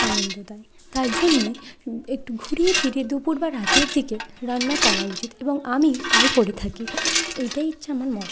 আনন্দ দেয় তাই জন্যই একটু ঘুরিয়ে ফিরিয়ে দুপুর বা রাতের দিকে রান্না করা উচিত এবং আমি তাই করে থাকি এটাই হচ্ছে আমার মত